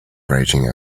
raging